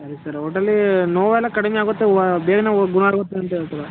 ಸರಿ ಸರ್ ಒಟ್ಟಲ್ಲಿ ನೋವೆಲ್ಲ ಕಡಿಮೆಯಾಗುತ್ತೆ ಉವ ಬೇಗನೇ ಓ ಗುಣ ಆಗುತ್ತೆ ಅಂತ ಹೇಳ್ತಿರಾ